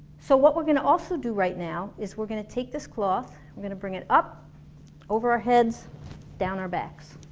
so what we're gonna also do right now is we're gonna take this cloth and we're gonna bring it up over our heads down our backs